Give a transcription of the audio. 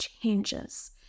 changes